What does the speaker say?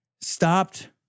stopped